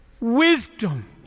wisdom